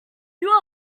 you